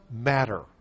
matter